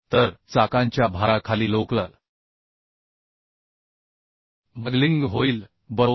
तर चाकांच्या भाराखाली लोकल बकलिंग होईल बरोबर